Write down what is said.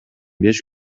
беш